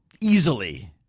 easily